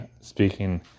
speaking